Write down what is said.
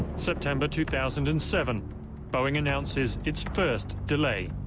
september two thousand and seven boeing announces its first delay.